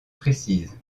précises